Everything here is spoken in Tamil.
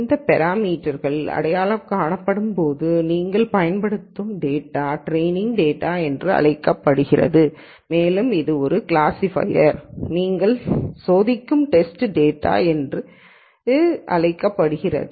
இந்த பேராமீட்டர் க்கள் அடையாளம் காணப்படும்போது நீங்கள் பயன்படுத்தும் டேட்டா டிரேயினிங் டேட்டா என்று அழைக்கப்படுகிறது மேலும் இது ஒரு கிளாஸிஃபையரை நீங்கள் சோதிக்கும் டேஸ்டு டேட்டா என்று அழைக்கப்படுகிறது